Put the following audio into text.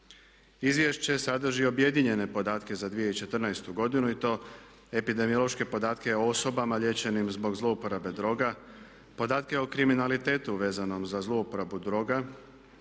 Izvješće sadrži objedinjene podatke za 2014. godinu i to epidemiološke podatke o osobama liječenim zbog zlouporabe droga, podatke o kriminalitetu vezanom za zlouporabu droga,